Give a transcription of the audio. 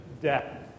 death